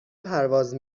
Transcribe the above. پرواز